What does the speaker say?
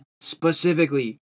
specifically